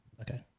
Okay